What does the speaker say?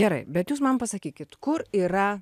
gerai bet jūs man pasakykit kur yra